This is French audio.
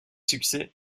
succès